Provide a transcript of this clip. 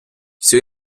всю